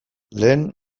lehen